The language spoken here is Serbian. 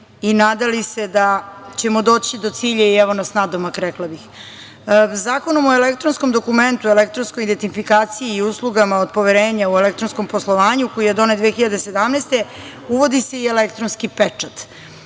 i nadali se da ćemo doći do cilja i evo nas nadomak, rekla bih. Zakonom o elektronskom dokumentu, elektronskoj identifikaciji i uslugama od poverenja u elektronskom poslovanju, koji je donet 2017. godine, uvodi se i elektronski pečat.